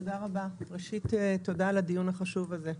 תודה רבה, ראשית תודה על הדיון החשוב הזה.